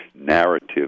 narrative